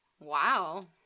Wow